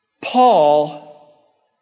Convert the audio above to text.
Paul